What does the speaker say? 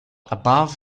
above